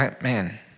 man